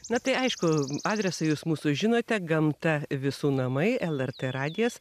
na tai aišku adresą jūs mūsų žinote gamta visų namai lrt radijas